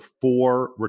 four